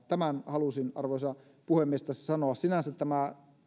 tämän halusin arvoisa puhemies tässä sanoa sinänsä tämä